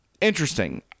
interesting